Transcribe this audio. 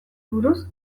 buruz